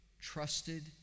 trusted